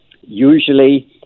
Usually